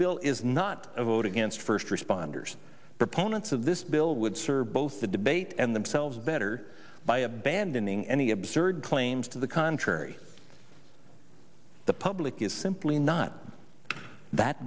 bill is not a vote against first responders proponents of this bill would serve both the debate and themselves better by abandoning any absurd claims to the contrary the public is simply not that